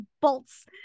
bolts